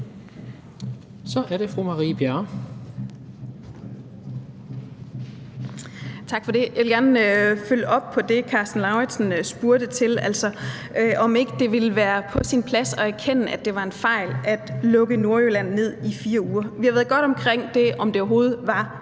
Kl. 16:28 Marie Bjerre (V): Tak for det. Jeg vil gerne følge op på det, som Karsten Lauritzen spurgte til, altså om ikke det ville være på sin plads at erkende, at det var en fejl at lukke Nordjylland ned i 4 uger. Vi har været godt omkring, om det overhovedet var